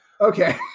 Okay